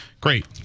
great